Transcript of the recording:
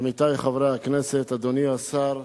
עמיתי חברי הכנסת, אדוני השר,